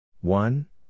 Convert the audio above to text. One